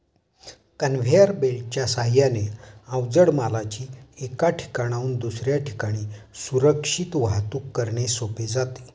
conveyor बेल्टच्या साहाय्याने अवजड मालाची एका ठिकाणाहून दुसऱ्या ठिकाणी सुरक्षित वाहतूक करणे सोपे जाते